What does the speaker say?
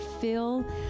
fill